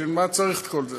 בשביל מה צריך את כל זה?